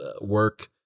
work